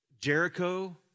Jericho